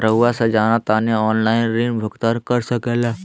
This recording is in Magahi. रहुआ से जाना तानी ऑनलाइन ऋण भुगतान कर सके ला?